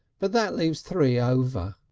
but that leaves three over.